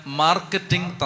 marketing